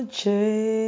change